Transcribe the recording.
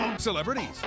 celebrities